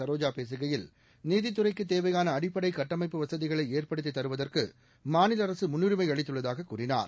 சரோஜா பேசுகையில் நீதித்துறைக்குத் தேவையாள அடிப்படை கட்டமைப்பு வசதிகளை ஏற்படுத்தித் தருவதற்கு மாநில அரசு முன்னுரிமை அளித்துள்ளதாக கூறினார்